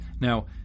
Now